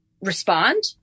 respond